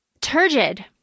turgid